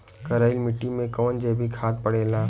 करइल मिट्टी में कवन जैविक खाद पड़ेला?